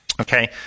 Okay